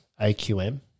AQM